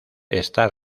está